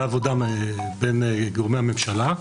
עבודה בין גורמי הממשלה.